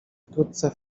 wkrótce